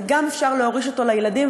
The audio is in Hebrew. וגם אפשר להוריש אותו לילדים,